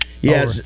Yes